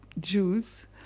Jews